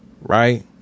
right